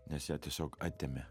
nes ją tiesiog atėmė